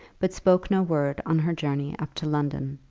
but spoke no word on her journey up to london.